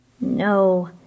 No